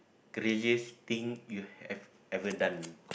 craziest thing you have ever done